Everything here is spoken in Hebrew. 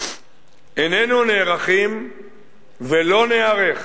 איננו נערכים ולא ניערך